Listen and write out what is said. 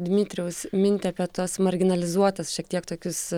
dmitrijaus mintį apie tas marginalizuotas šiek tiek tokius